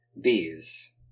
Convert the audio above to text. bees